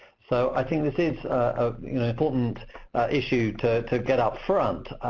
so i think this is an important issue to to get upfront,